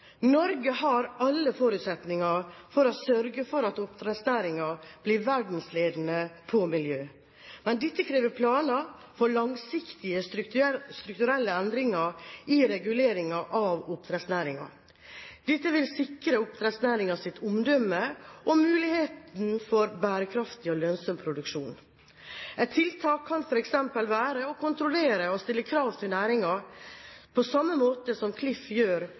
Norge har alle forutsetninger for å sørge for at oppdrettsnæringen blir verdensledende på miljø. Men dette krever planer for langsiktige, strukturelle endringer i reguleringen av oppdrettsnæringen. Dette vil sikre oppdrettsnæringens omdømme og muligheten for bærekraftig og lønnsom produksjon. Et tiltak kan f.eks. være å kontrollere og stille krav til næringen på samme måte som Klima- og forurensningsdirektoratet gjør